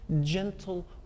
gentle